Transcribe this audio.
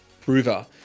prover